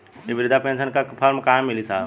इ बृधा पेनसन का फर्म कहाँ मिली साहब?